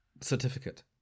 certificate